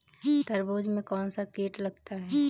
तरबूज में कौनसा कीट लगता है?